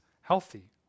healthy